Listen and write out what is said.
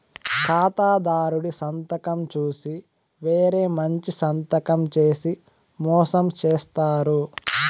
ఖాతాదారుడి సంతకం చూసి వేరే మంచి సంతకం చేసి మోసం చేత్తారు